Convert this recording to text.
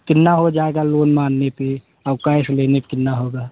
कितना हो जाएगा लोन मानने पर और कैश लेने पर कितना होगा